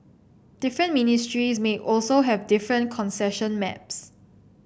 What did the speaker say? different ministries may also have different concession maps